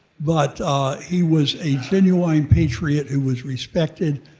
but he was a genuine patriot who was respected,